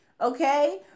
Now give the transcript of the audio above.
okay